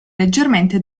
leggermente